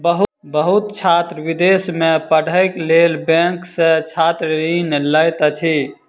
बहुत छात्र विदेश में पढ़ैक लेल बैंक सॅ छात्र ऋण लैत अछि